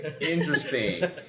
interesting